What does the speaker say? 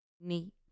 neat